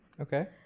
Okay